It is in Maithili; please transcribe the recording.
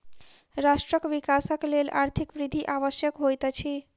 राष्ट्रक विकासक लेल आर्थिक वृद्धि आवश्यक होइत अछि